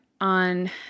on